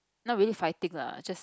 not really scientist lah just